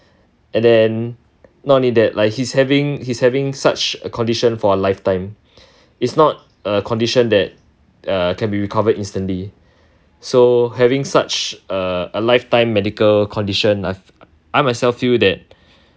and then not only that like he is having he is having such a condition for a lifetime is not a condition that uh can be recovered instantly so having such uh a lifetime medical condition I I myself feel that